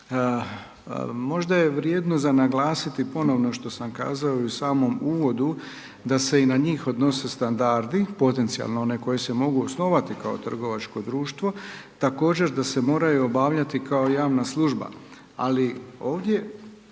možda je vrijedno za naglasiti ponovno što sam kazao i u samom uvodu da se i na njih odnose standardi potencijalno one koje se mogu osnovati kao trgovačko društvo, također da se moraju obavljati kao javna služba. Ali ovdje